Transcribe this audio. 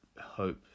hope